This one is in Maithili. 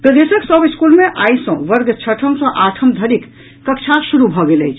प्रदेशक सभ स्कूल मे आई सँ वर्ग छठम सँ आठम धरिक कक्षा शुरू भऽ गेल अछि